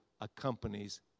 accompanies